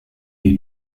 est